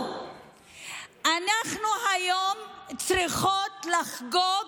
אצלנו זה לא עבד.